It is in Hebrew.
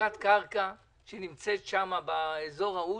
חלקת קרקע שנמצאת באזור ההוא,